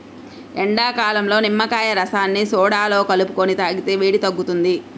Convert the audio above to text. ఎండాకాలంలో నిమ్మకాయ రసాన్ని సోడాలో కలుపుకొని తాగితే వేడి తగ్గుతుంది